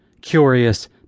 curious